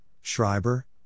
Schreiber